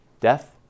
Death